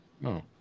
no